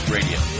Radio